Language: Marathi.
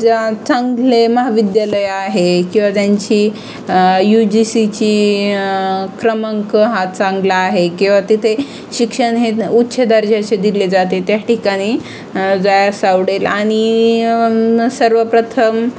ज्या चांगले महाविद्यालय आहे किंवा ज्यांची यु जी सीची क्रमांक हा चांगला आहे किंवा तिथे शिक्षण हे उच्च दर्जाचे दिले जाते ज्या ठिकाणी जायास आवडेल आणि सर्वप्रथम